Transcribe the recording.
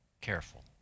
careful